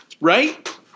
right